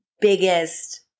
biggest